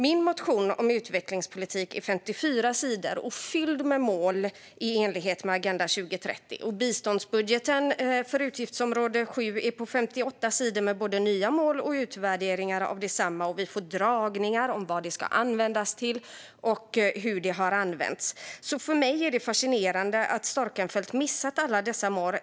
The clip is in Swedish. Min motion om utvecklingspolitik är 54 sidor och fylld med mål i enlighet med Agenda 2030, och biståndsbudgeten för utgiftsområde 7 är på 58 sidor med både nya mål och utvärderingar av desamma. Vi får föredragningar om vad pengarna ska användas till och hur de har använts. För mig är det fascinerande att Storckenfeldt har missat alla dessa mål.